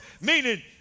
Meaning